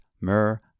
myrrh